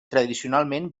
tradicionalment